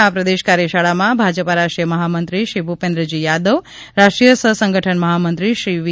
આ પ્રદેશ કાર્યશાળામાં ભાજપા રાષ્ટ્રીય મહામંત્રી શ્રી ભૂપેન્દ્રજી યાદવ રાષ્ટ્રીય સહ સંગઠન મહામંત્રી શ્રી વી